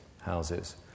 houses